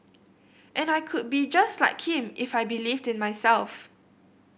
and I could be just like him if I believed in myself